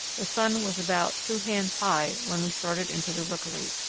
the sun was about two hands high when we started into the rookery.